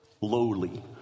lowly